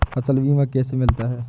फसल बीमा कैसे मिलता है?